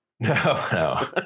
no